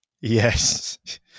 Yes